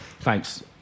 Thanks